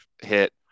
hit